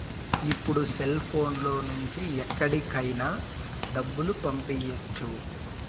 ఇప్పుడు సెల్ఫోన్ లో నుంచి ఎక్కడికైనా డబ్బులు పంపియ్యచ్చు